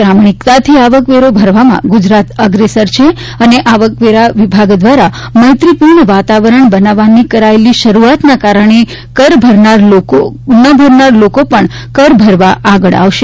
પ્રામણિકતાથી આવકવેરો ભરવામાં ગુજરાત અગ્રેસર છે અને આવકવેરા વિભાગ દ્વારા મૈત્રીપૂર્ણ વાતાવરણ બનાવવાની કરાયેલી શરૂઆતના કારણે કરભરનાર લોકો પણ કર ભરવા આગળ આવશે